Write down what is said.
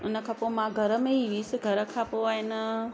उन खां पोइ मां घर में ई हुअसि घर खां पोइ आहे न